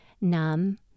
numb